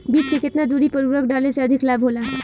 बीज के केतना दूरी पर उर्वरक डाले से अधिक लाभ होला?